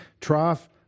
trough